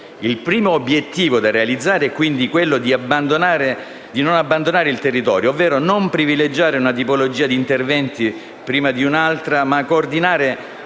Il primo obiettivo da realizzare è quindi quello di non abbandonare il territorio, ovvero di non privilegiare una tipologia di interventi prima di un'altra. È necessario